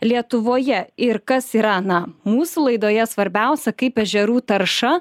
lietuvoje ir kas yra na mūsų laidoje svarbiausia kaip ežerų tarša